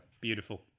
beautiful